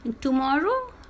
tomorrow